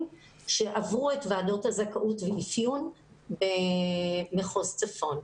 שעברו את ועדות הזכאות והאפיון במחוז צפון.